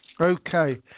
Okay